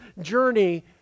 journey